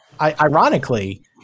ironically